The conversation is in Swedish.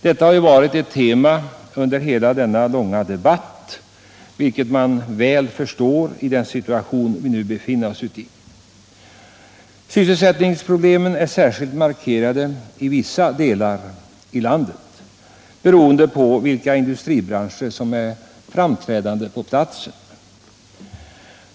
Detta har varit ett tema under hela denna långa debatt, vilket man väl förstår i den situation som vi nu befinner oss i. Sysselsättningsproblemen är särskilt markerade i vissa delar av landet, beroende på vilka industribranscher som är framträdande på platsen.